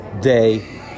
day